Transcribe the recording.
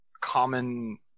common